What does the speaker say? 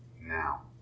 now